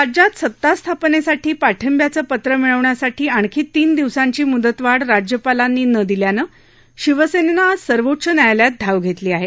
राज्यात सत्ता स्थापनेसाठी पाठिंब्याचं पत्र मिळवण्यासाठी आणखी तीन दिव्सांची मुदतवाढ राज्यपालांनी न दिल्यानं शिवसेनेनं आज सर्वोच्च न्यायालयात धाव घेतली आहे